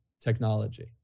technology